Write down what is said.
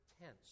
tense